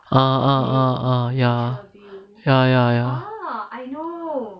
oh oh oh oh oh ya ya ya ya